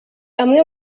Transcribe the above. amwe